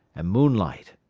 and moonlight,